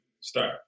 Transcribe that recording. start